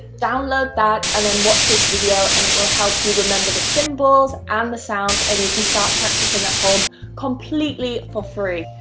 download that and then watch this video and it will help you remember the symbols and the sounds and you can start practising ah home completely for free.